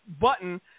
button